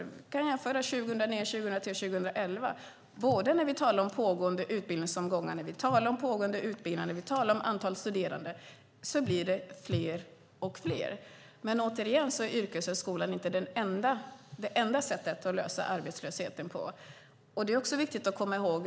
Vi kan jämföra med åren 2009, 2010 och 2011. När vi talar om pågående utbildningsomgångar och när vi talar om pågående utbildningar och antalet studerande blir det fler och fler. Men återigen: Yrkeshögskolan är inte det enda sättet att lösa arbetslösheten. Det är det också viktigt att komma ihåg.